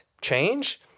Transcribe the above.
change